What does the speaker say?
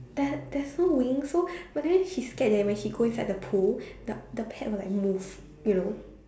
there's there's no wing so but then she scared that when she go inside the pool the the pad will like move you know